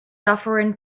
dufferin